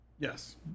Yes